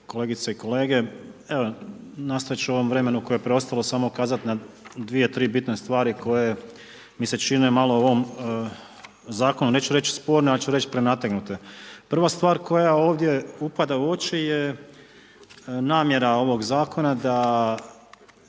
kolegice i kolege. Evo, nastojat ću u ovom vremenu koje je preostalo samo kazat dvije, tri bitne stvari koje mi se čine malo u ovom zakonu, neću reći sporne, ali ću reći prenategnute. Prva stvar koja ovdje upada u oči je namjera ovog zakona da